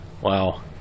Wow